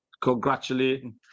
Congratulating